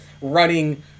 running